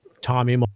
Tommy